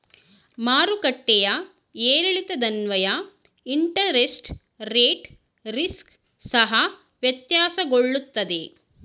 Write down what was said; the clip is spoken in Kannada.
ಮಾರುಕಟ್ಟೆಯ ಏರಿಳಿತದನ್ವಯ ಇಂಟರೆಸ್ಟ್ ರೇಟ್ ರಿಸ್ಕ್ ಸಹ ವ್ಯತ್ಯಾಸಗೊಳ್ಳುತ್ತದೆ